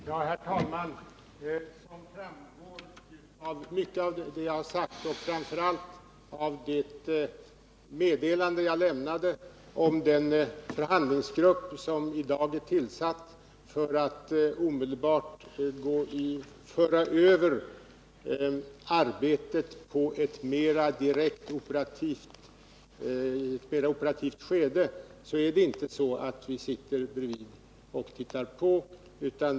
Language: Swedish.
Herr talman! Som framgår av mycket av vad jag sagt och framför allt av det meddelande jag lämnade om den förhandlingsgrupp som i dag är tillsatt för att omedelbart föra över arbetet till ett mera direkt operativt skede sitter vi inte bredvid och tittar på.